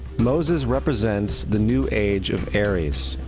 moses represents the new age of aries,